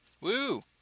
Woo